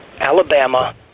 Alabama